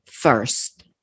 first